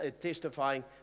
testifying